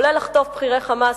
כולל לחטוף בכירי "חמאס",